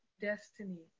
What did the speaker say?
destiny